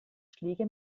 schläge